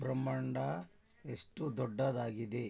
ಬ್ರಹ್ಮಾಂಡ ಎಷ್ಟು ದೊಡ್ಡದಾಗಿದೆ